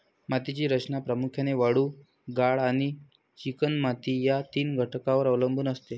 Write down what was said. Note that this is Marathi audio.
मातीची रचना प्रामुख्याने वाळू, गाळ आणि चिकणमाती या तीन घटकांवर अवलंबून असते